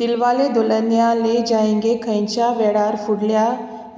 दिलवाले दुलनिया ले जायंगे खंयच्या वेळार फुडल्या